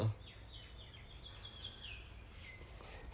!wah! 也是 Karen run the ran the whole show sia